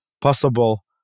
possible